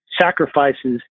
sacrifices